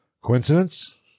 Coincidence